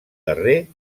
darrer